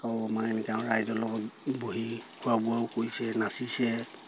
আৰু আমাৰ ৰাইজৰ লগত বহি খোৱা বোৱাও কৰিছে নাচিছে